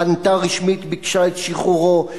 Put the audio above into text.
פנתה רשמית וביקשה את שחרורו.